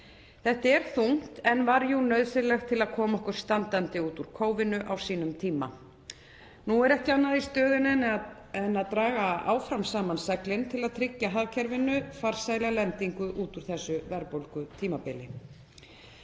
Þetta er þungt en var jú nauðsynlegt til að koma okkur standandi út úr kófinu á sínum tíma. Nú er ekki annað í stöðunni en að draga áfram saman seglin til að tryggja hagkerfinu farsæla lendingu út úr þessu verðbólgutímabili.